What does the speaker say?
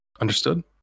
Understood